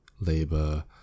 labor